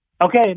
Okay